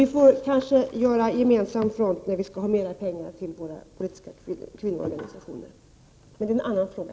Vi får kanske göra gemensam front när de politiska kvinnoorganisationerna vill ha mera pengar, men det är en annan fråga.